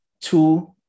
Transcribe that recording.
Two